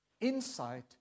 insight